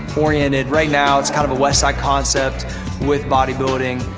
oriented, right now, it's kind of a westside concept with bodybuilding.